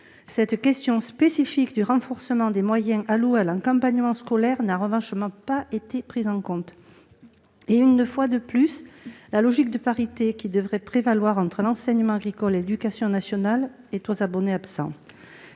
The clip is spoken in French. la question spécifique du renforcement des moyens alloués à l'accompagnement scolaire n'a pas été prise en compte. Ainsi, une fois de plus, la logique de parité qui devrait prévaloir entre l'enseignement agricole et l'éducation nationale est « aux abonnés absents